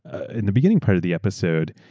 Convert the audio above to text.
in the beginning part of the episode,